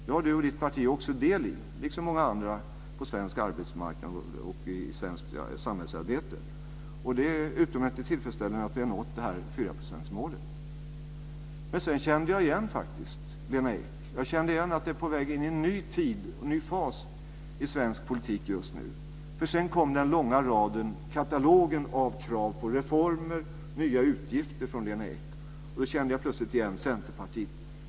Det har Lena Ek och hennes parti också del i liksom många andra på svensk arbetsmarknad och i svenskt samhällsarbete. Det är utomordentligt tillfredsställande att vi har nått detta 4 procentsmålet. Men sedan kände jag faktiskt igen Lena Ek. Jag kände igen att man är på väg in i en ny tid och en ny fas i svensk politik just nu. Sedan kom nämligen den långa raden, katalogen, av krav på reformer och nya utgifter från Lena Ek. Och då kände jag plötsligt igen Centerpartiet.